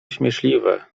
śmieszliwe